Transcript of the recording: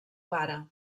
pare